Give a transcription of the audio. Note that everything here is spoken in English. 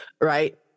right